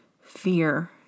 Fear